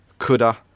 Kuda